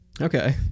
Okay